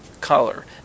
color